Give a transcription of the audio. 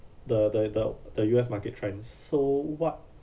the the the the U_S market trend so what